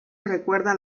recuerda